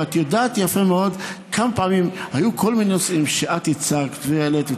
ואת יודעת יפה מאוד כמה פעמים היו כל מיני נושאים שאת הצגת והעלית,